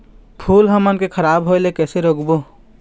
फूल हमन के खराब होए ले कैसे रोकबो?